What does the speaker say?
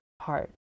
heart